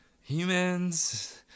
humans